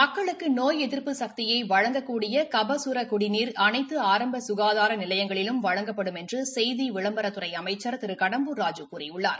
மக்களுக்கு நோய் எதிர்ப்பு சக்தியை வழங்கக்கூடிய கபசுர குடிநீர் அனைத்து ஆரம்ப சுகாதார நிலையங்களிலும் வழங்கப்படும் என்று செய்தி விளம்பரத்துறை அமைச்சா் திரு கடம்பூர் ராஜூ கூறியுள்ளார்